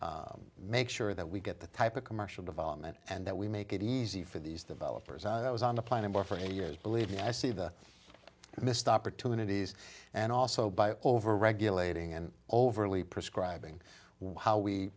can make sure that we get the type of commercial development and that we make it easy for these developers i was on the planet for for years believe me i see the missed opportunities and also by overregulating and oh overly prescribing wow we